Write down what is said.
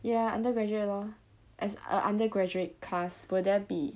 ya undergraduate lor as a undergraduate class will there be